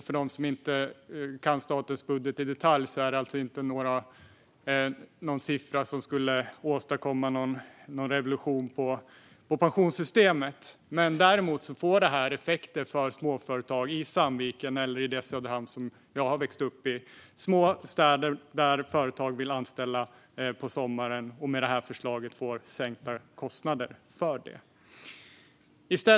För den som inte kan statens budget i detalj är det inte en siffra som skulle åstadkomma någon revolution när det gäller pensionssystemet, men däremot skulle det få effekter för små företag i Sandviken eller i Söderhamn, där jag växte upp. Det är små städer där företag vill anställa på sommaren, och med detta förslag får de sänkta kostnader för detta.